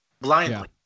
Blindly